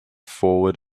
forward